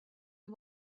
you